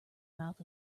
mouth